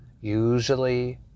Usually